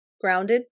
grounded